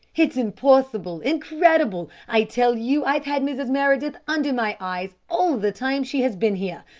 it's impossible, incredible! i tell you i've had mrs. meredith under my eyes all the time she has been here.